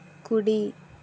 కుడి